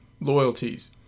loyalties